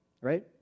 right